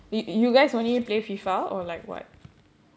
you guys only play FIFA or like [what]